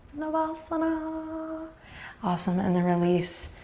navasana awesome, and then release.